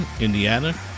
Indiana